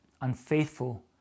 unfaithful